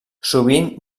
sovint